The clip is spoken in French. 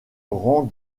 rend